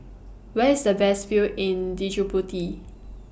Where IS The Best View in Djibouti